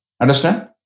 Understand